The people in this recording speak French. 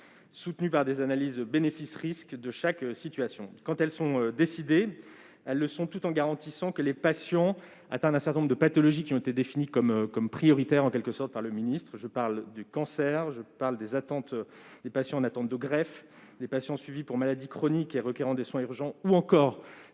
soutenues par des analyses bénéfices-risques de chaque situation. Quand elles sont décidées, elles le sont tout en garantissant que les patients atteints d'un certain nombre de pathologies définies comme « prioritaires » par le ministre- cancers, patients en attente de greffe, patients suivis pour maladies chroniques et requérant des soins urgents, ou encore